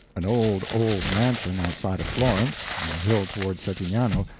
an old, old mansion outside of florence, on the hill toward settignano,